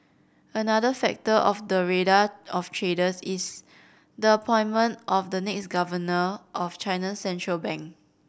another factor on the radar of traders is the appointment of the next governor of China's central bank